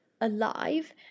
alive